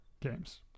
games